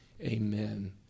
amen